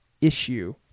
issue